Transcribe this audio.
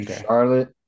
Charlotte